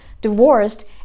divorced